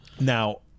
Now